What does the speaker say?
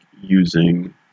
using